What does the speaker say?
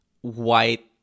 white